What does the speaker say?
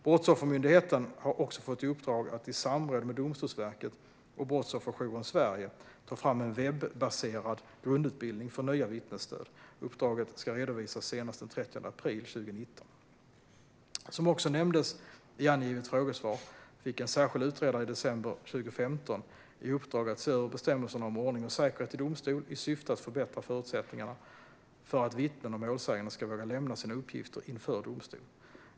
Brottsoffermyndigheten har också fått i uppdrag att i samråd med Domstolsverket och Brottsofferjouren Sverige ta fram en webbaserad grundutbildning för nya vittnesstöd. Uppdraget ska redovisas senast den 30 april 2019. Som också nämndes i angivet frågesvar fick en särskild utredare i december 2015 i uppdrag att se över bestämmelserna om ordning och säkerhet i domstol i syfte att förbättra förutsättningarna för att vittnen och målsägande ska våga lämna sina uppgifter inför domstol.